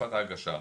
בתקופת ההגשה.